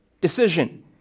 decision